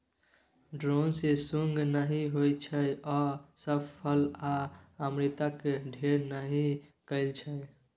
drone मे सुंग नहि होइ छै ओ सब फुल आ अमृतक ढेर नहि करय छै